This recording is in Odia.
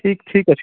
ଠିକ୍ ଠିକ୍ ଅଛି